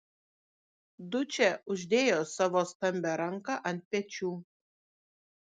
dučė uždėjo savo stambią ranką ant pečių